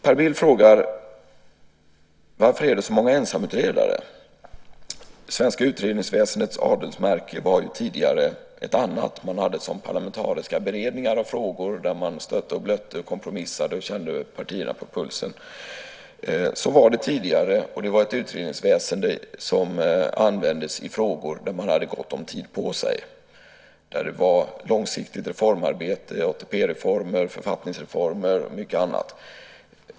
Per Bill frågar: Varför är det så många ensamutredare? Det svenska utredningsväsendets adelsmärke var ju tidigare ett annat. Man hade parlamentariska beredningar av frågor där man stötte och blötte, kompromissade och kände partierna på pulsen. Så var det tidigare, och det var ett utredningsväsende som användes i frågor där man hade gott om tid på sig. Det gällde långsiktigt reformarbete: ATP-reformer, författningsreformer och mycket annat.